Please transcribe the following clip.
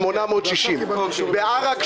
מאמון, תענה.